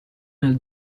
nel